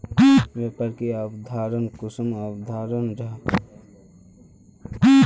व्यापार की अवधारण कुंसम अवधारण जाहा?